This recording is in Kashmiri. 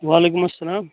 وعلیکُم اسلام